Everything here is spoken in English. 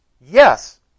Yes